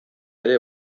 ere